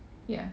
ya